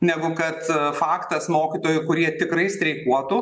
negu kad faktas mokytojų kurie tikrai streikuotų